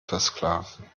versklaven